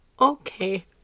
Okay